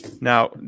now